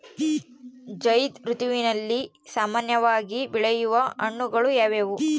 ಝೈಧ್ ಋತುವಿನಲ್ಲಿ ಸಾಮಾನ್ಯವಾಗಿ ಬೆಳೆಯುವ ಹಣ್ಣುಗಳು ಯಾವುವು?